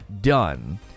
done